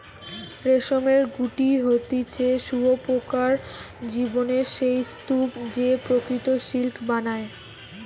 রেশমের গুটি হতিছে শুঁয়োপোকার জীবনের সেই স্তুপ যে প্রকৃত সিল্ক বানায়